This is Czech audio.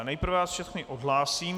Nejprve vás všechny odhlásím.